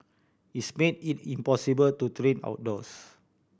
it's made it impossible to train outdoors